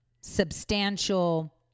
substantial